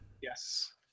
yes